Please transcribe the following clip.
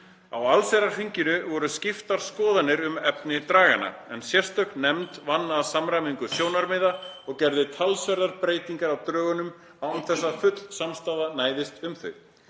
Á allsherjarþinginu voru skiptar skoðanir um efni draganna, en sérstök nefnd vann að samræmingu sjónarmiða og gerði talsverðar breytingar á drögunum án þess að full samstaða næðist um þau.